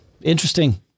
interesting